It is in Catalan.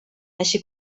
així